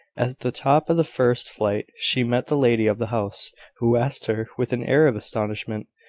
at the top of the first flight she met the lady of the house, who asked her, with an air of astonishment,